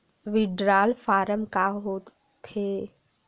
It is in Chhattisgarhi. विड्राल फारम का होथेय